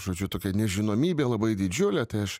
žodžiu tokia nežinomybė labai didžiulė tai aš